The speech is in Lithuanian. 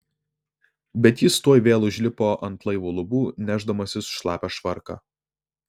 bet jis tuoj vėl užlipo ant laivo lubų nešdamasis šlapią švarką